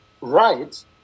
right